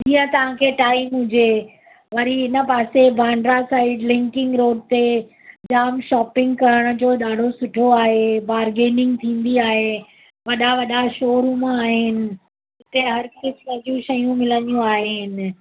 जीअं तव्हां खे टाइम हुजे वरी हिन पासे बांड्रा साइड लिंकिंग रोड ते जाम शॉपिंग करण जो ॾाढो सुठो आहे बार्गेनिंग थींदी आहे वॾा वॾा शोरूम आहिनि हुते हर क़िस्म जूं शयूं मिलंदियूं आहिनि